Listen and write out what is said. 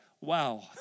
Wow